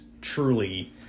truly